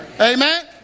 Amen